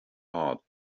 heart